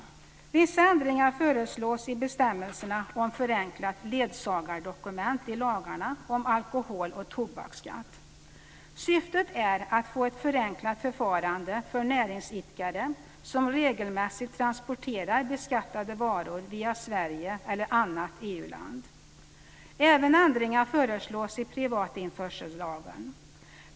Vissa ändringar föreslås i bestämmelserna om förenklat ledsagardokument i lagarna om alkohol och tobaksskatt. Syftet är att få ett förenklat förfarande för näringsidkare som regelmässigt transporterar beskattade varor via Sverige eller annat EU land. Även ändringar föreslås i privatinförsellagen.